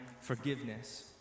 forgiveness